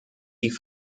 die